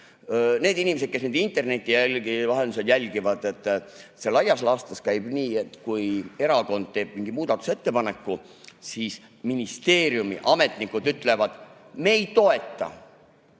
Neile inimestele, kes interneti vahendusel jälgivad: see laias laastus käib nii, et kui erakond teeb mingi muudatusettepaneku, siis ministeeriumiametnikud ütlevad, et me ei toeta,